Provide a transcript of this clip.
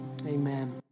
Amen